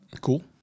cool